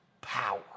power